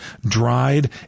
dried